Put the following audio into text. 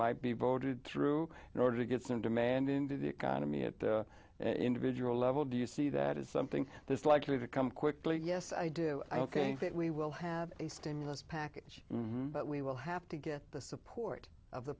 might be voted through in order to get some demand into the economy at the individual level do you see that is something that's likely to come quickly yes i do i think that we will have a stimulus package but we will have to get the support of the